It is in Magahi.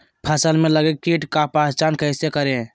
फ़सल में लगे किट का पहचान कैसे करे?